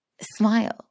smile